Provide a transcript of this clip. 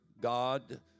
God